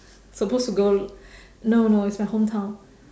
supposed to go no no it's my hometown